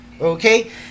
Okay